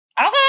Okay